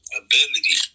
ability